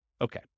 Okay